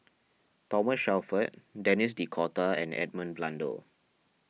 Thomas Shelford Denis D'Cotta and Edmund Blundell